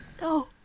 No